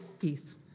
Peace